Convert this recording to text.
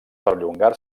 perllongar